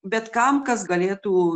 bet kam kas galėtų